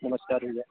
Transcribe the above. नमस्कार भैया